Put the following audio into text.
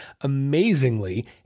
Amazingly